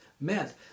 meant